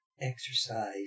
exercise